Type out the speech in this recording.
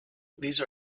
these